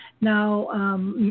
Now